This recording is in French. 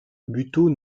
buteau